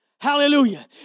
Hallelujah